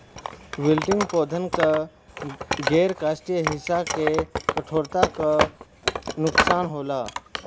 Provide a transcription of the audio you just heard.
wilting पौधन क गैर काष्ठीय हिस्सा के कठोरता क नुकसान होला